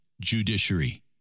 judiciary